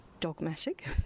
dogmatic